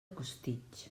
costitx